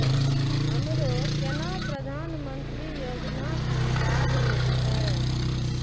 हमरो केना प्रधानमंत्री योजना की लाभ मिलते?